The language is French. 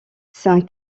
saint